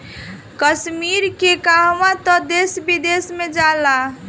कश्मीर के कहवा तअ देश विदेश में जाला